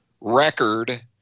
record